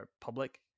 public